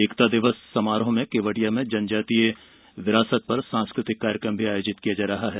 एकता दिवस समारोहों में केवडिया में जनजातीय विरासत पर सांस्कृतिक कार्यक्रम भी आयोजित किया जा रहा है